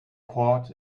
cord